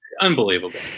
unbelievable